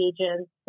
agents